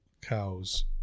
cows